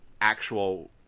actual